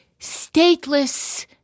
stateless